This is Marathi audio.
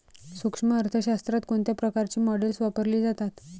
सूक्ष्म अर्थशास्त्रात कोणत्या प्रकारची मॉडेल्स वापरली जातात?